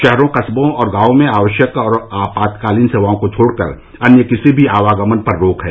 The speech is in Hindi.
शहरों कस्बों और गांवों में आवश्यक और आपातकालीन सेवाओं को छोड़कर अन्य किसी भी आवागमन पर रोक है